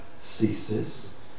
ceases